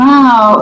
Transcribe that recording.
Wow